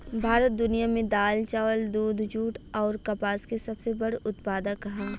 भारत दुनिया में दाल चावल दूध जूट आउर कपास के सबसे बड़ उत्पादक ह